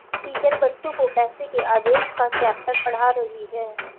teacher बच्चो को पैसे के आदेश का चैप्टर पढ़ा रही हैं